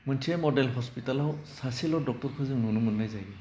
मोनसे मडेल हस्पितालाव सासेल' डक्टरखौ जों नुनो मोननाय जायो